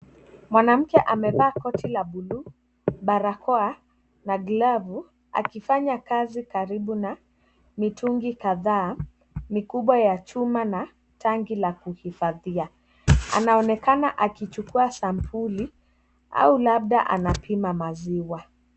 Mwanamke amevaa koti la buluu, barakoa na glavu akifanya kazi karibu na mitungi kadhaa mikubwa ya chuma na tanki la kuhifadhia. Anaonekana akichukua sampuli au labda anapima maziwa.